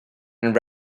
and